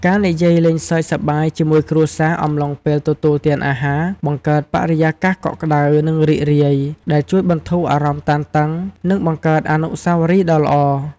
ការនិយាយលេងសើចសប្បាយជាមួយគ្រួសារអំឡុងពេលទទួលទានអាហារ បង្កើតបរិយាកាសកក់ក្តៅ និងរីករាយ ដែលជួយបន្ធូរអារម្មណ៍តានតឹង និងបង្កើតអនុស្សាវរីយ៍ដ៏ល្អ។